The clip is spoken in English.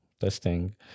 testing